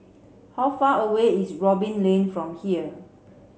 how far away is Robin Lane from here